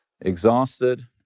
Exhausted